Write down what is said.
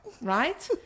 right